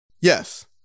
Yes